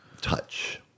touch